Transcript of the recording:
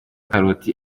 karoti